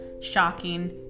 shocking